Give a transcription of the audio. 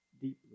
deeply